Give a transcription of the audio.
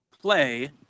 Play